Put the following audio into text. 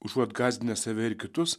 užuot gąsdinę save ir kitus